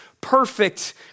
perfect